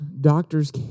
doctors